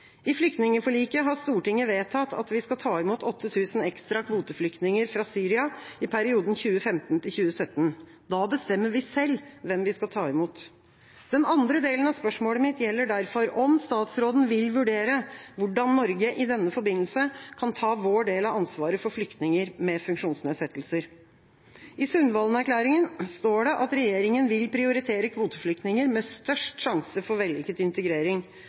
I flyktningforliket har Stortinget vedtatt at vi skal ta imot 8 000 ekstra kvoteflyktninger fra Syria i perioden 2015–2017. Da bestemmer vi selv hvem vi skal ta imot. Den andre delen av spørsmålet mitt gjelder derfor om statsråden vil vurdere hvordan Norge i denne forbindelse kan ta sin del av ansvaret for flyktninger med funksjonsnedsettelser. I Sundvolden-erklæringa står det at regjeringa vil prioritere kvoteflyktninger med størst sjanse for vellykket integrering.